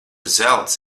zelts